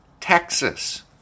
Texas